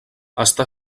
està